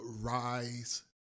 rise